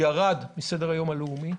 ירד מסדר-היום הלאומי.